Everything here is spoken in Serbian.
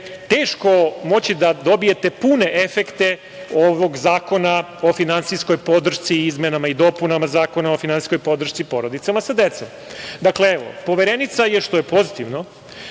teško moći da dobijete pune efekte ovog Zakona o finansijskoj podršci i izmenama i dopunama Zakona o finansijskoj podršci porodicama sa decom. Dakle, Poverenica je, što je pozitivno,